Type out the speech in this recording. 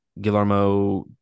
Guillermo